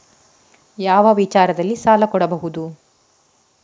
ಯಾವ ವಿಚಾರದಲ್ಲಿ ಸಾಲ ಕೊಡಬಹುದು?